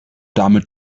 damit